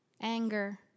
anger